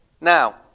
Now